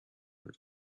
would